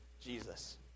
Jesus